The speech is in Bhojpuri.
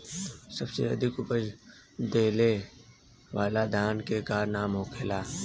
सबसे अधिक उपज देवे वाला धान के का नाम होखे ला?